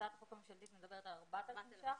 הצעת החוק הממשלתית מדברת על 4,000 שקלים.